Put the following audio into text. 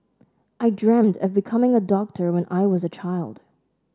I dreamt of becoming a doctor when I was a child